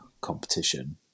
competition